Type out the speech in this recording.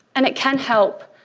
and it can help,